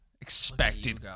expected